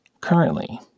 currently